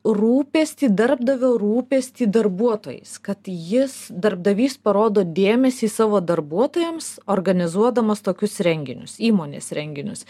rūpestį darbdavio rūpestį darbuotojais kad jis darbdavys parodo dėmesį savo darbuotojams organizuodamas tokius renginius įmonės renginius